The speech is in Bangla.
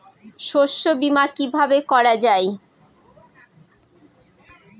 শস্য বীমা কিভাবে করা যায়?